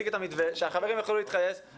החינוך שיציג את המתווה כדי שהחברים יוכלו להתייחס.